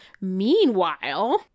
meanwhile